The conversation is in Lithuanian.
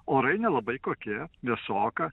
orai nelabai kokie vėsoka